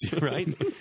right